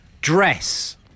Dress